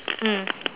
mm